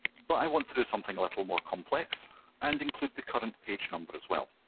but i want to do something a little more complex and include the current page number as well.